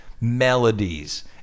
melodies